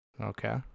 Okay